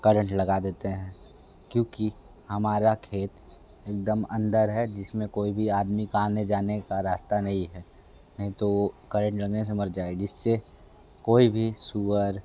current लगा देते हैं क्योंकि हमारा खेत एक दम अंदर है जिस में कोई भी आदमी का आने जाने का रास्ता नहीं है नहीं तो करंट लगने से मर जाएगा जिस से कोई भी सूअर